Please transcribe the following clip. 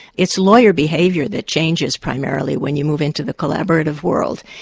it's lawyer behaviour that changes primarily when you move into the collaborative world.